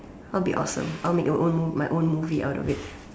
I'll be awesome I'll make your own mov~ my own movie out of it